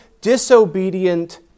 disobedient